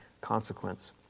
consequence